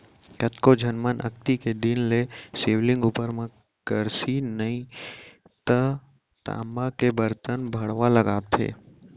कतको झन मन अक्ती के दिन ले शिवलिंग उपर म करसी नइ तव तामा के बरतन भँड़वा लगाथे